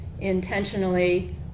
intentionally